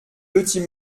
petit